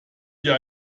dir